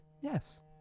Yes